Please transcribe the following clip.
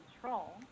control